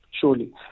surely